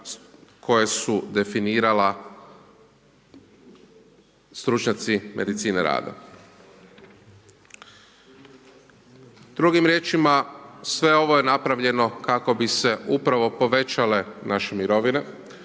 koje su definirala stručnjaci medicine rada. Drugim riječima, sve ovo je napravljeno, kako bi se upravo povećale naše mirovine,